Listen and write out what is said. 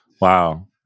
Wow